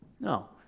No